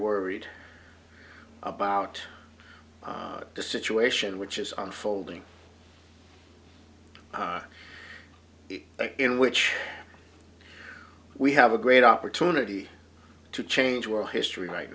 worried about the situation which is on folding in which we have a great opportunity to change will history right